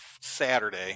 Saturday